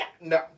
No